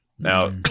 Now